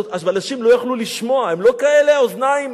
הבלשים לא יכלו לשמוע, אין להם כאלה אוזניים